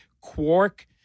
quark-